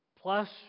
plus